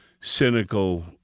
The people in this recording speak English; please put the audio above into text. cynical